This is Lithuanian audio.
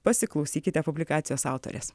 pasiklausykite publikacijos autorės